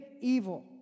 evil